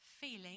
Feeling